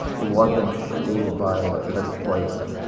it wasn't created by legislation.